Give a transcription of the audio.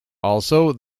also